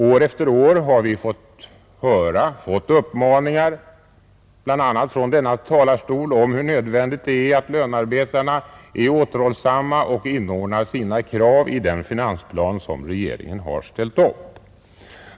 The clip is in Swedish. År efter år har vi fått höra, bl.a. från denna talarstol, hur nödvändigt det är att lönearbetarna är återhållsamma och inordnar sina krav i den finansplan som regeringen har lagt fram.